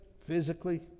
physically